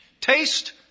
taste